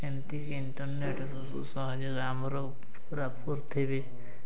ଏମିତି ଇଣ୍ଟର୍ନେଟ୍ ଯୋଗୁଁ ସବୁ ସହଜ ହେଲା ଆମର